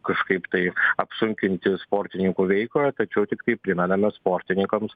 kažkaip tai apsunkinti sportininkų veiklą tačiau tiktai primename sportininkams